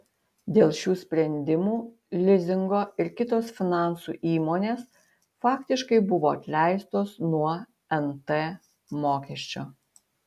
dėl šių sprendimų lizingo ir kitos finansų įmonės faktiškai buvo atleistos nuo nt mokesčio